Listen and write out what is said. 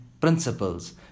principles